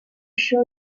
sure